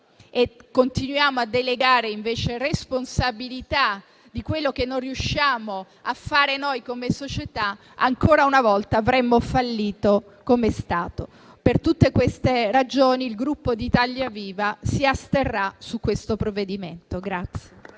ma continuiamo a delegarle responsabilità per quello che non riusciamo a fare come società, ancora una volta avremo fallito come Stato. Per tutte queste ragioni, il Gruppo Italia Viva si asterrà sul provvedimento in